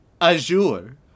azure